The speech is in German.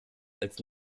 als